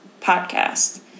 podcast